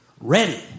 ready